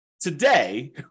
today